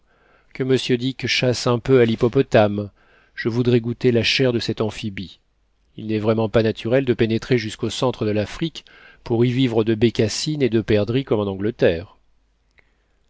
que monsieur dick chasse un peu à l'hippopotame je voudrais goûter la chair de cet amphibie il n'est vraiment pas naturel de pénétrer jusqu'au centre de l'afrique pour y vivre de bécassines et de perdrix comme en angleterre